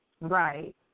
Right